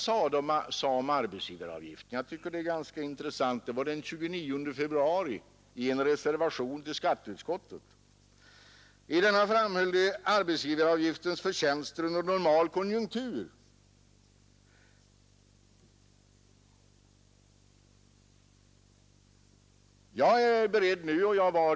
Till detta kommer alltså barnbidragen på 1 200 kronor per barn. Det blir för den som har 21 000 kronor och fem barn 15 000 kronor i direkt hjälp.